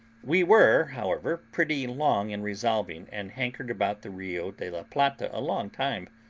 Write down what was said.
we were, however, pretty long in resolving, and hankered about the rio de la plata a long time.